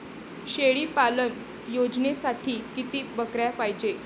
शेळी पालन योजनेसाठी किती बकऱ्या पायजे?